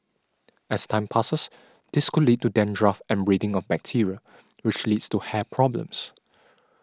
as time passes this could lead to dandruff and breeding of bacteria which leads to hair problems